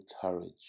courage